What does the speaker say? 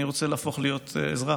אני רוצה להפוך להיות אזרח,